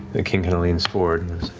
the king and leans forward